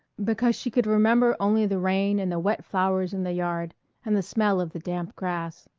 because she could remember only the rain and the wet flowers in the yard and the smell of the damp grass.